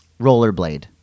Rollerblade